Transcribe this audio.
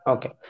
Okay